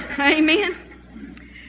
Amen